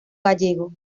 gallego